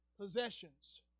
Possessions